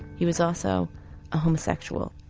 he was also a homosexual.